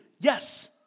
yes